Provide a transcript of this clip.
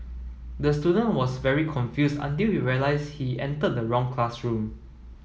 the student was very confused until he realise he entered the wrong classroom